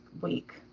week